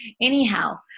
Anyhow